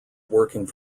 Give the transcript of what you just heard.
working